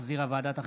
שהחזירה ועדת החינוך,